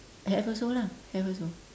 have also lah have also